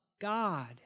God